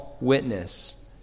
witness